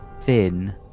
thin